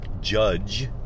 judge